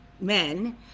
Men